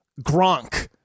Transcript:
Gronk